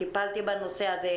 טיפלתי בנושא הזה,